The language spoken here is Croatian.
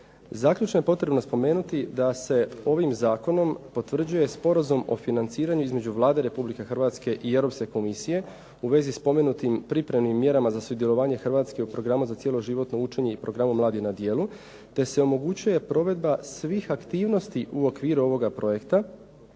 Zaključno je potrebno spomenuti da se ovim zakonom potvrđuje Sporazum o financiranju između Vlade Republike Hrvatske i Europske komisije u vezi s spomenutim pripremnim mjerama za sudjelovanje Hrvatske u programu za cjeloživotno učenje i Programu mladi na djecu, te se omogućuje provedba svih aktivnosti u okviru ovoga projekta,